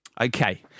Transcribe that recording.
Okay